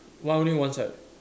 one only one side